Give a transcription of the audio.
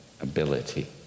ability